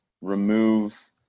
remove